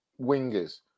wingers